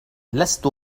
لست